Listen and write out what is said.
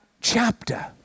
chapter